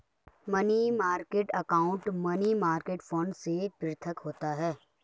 money market account money market fund से पृथक होता है